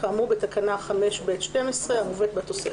כאמור בתקנה 5(ב)(12) המובאת בתוספת.